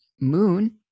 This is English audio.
moon